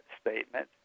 statement